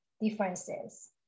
differences